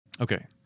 Okay